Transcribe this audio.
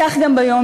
כך גם ביום-יום,